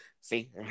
See